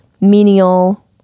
menial